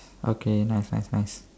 okay nice nice nice